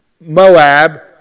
Moab